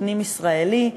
פנים-ישראלי,